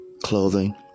clothing